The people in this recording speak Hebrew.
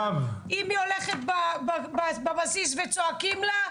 היא הולכת בבסיס וצועקים לה,